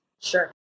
Sure